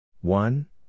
one